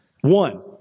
One